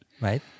Right